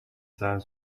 сайн